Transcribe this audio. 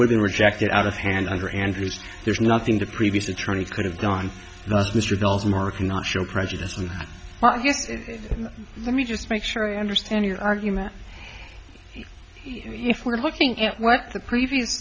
would be rejected out of hand under andrews there's nothing to previous attorney could have gone mr dulcimer cannot show prejudice and well let me just make sure i understand your argument if we're looking at what the previous